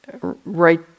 Right